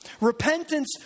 Repentance